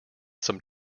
some